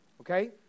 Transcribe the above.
Okay